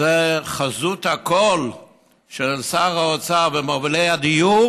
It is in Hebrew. שהיא חזות הכול של שר האוצר ומובילי הדיור,